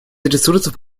ресурсов